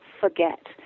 forget